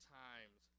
times